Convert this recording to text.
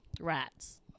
Rats